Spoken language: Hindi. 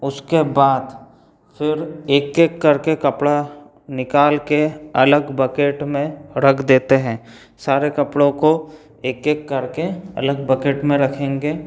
उसके बाद फिर एक एक करके कपड़ा निकाल कर अलग बकेट में रख देते हैं सारे कपड़ों को एक एक करके अलग बकेट में रखेंगे